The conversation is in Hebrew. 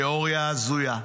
תיאוריה הזויה.